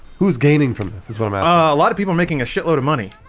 who's gaining from this is one about ah a lot of people making a shitload of money?